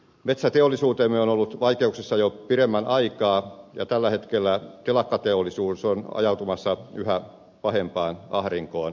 metsäteollisuutemme on ollut vaikeuksissa jo pidemmän aikaa ja tällä hetkellä telakkateollisuus on ajautumassa yhä pahempaan ahdinkoon